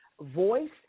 voice